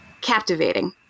Captivating